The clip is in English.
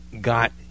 got